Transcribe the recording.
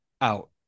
out